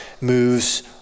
moves